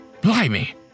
Blimey